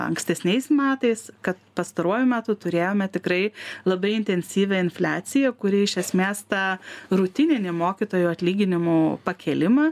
ankstesniais metais kad pastaruoju metu turėjome tikrai labai intensyvią infliaciją kuri iš esmės tą rutininį mokytojų atlyginimų pakėlimą